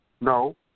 No